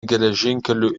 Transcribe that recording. geležinkelių